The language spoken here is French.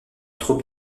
troupe